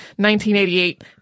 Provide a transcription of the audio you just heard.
1988